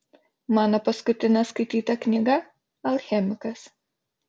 mano paskutinė skaityta knyga alchemikas